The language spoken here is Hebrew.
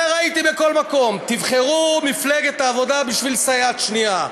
ראיתי את זה בכל מקום: תבחרו מפלגת העבודה בשביל סייעת שנייה.